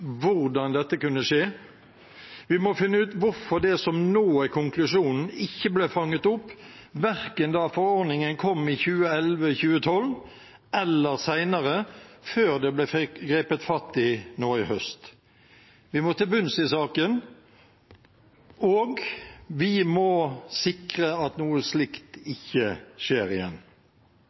hvordan dette kunne skje. Vi må finne ut hvorfor det som nå er konklusjonen, ikke ble fanget opp, verken da forordningen kom i 2011–2012, eller senere, før det ble grepet fatt i nå i høst. Vi må til bunns i saken, og vi må sikre at noe slikt ikke skjer igjen.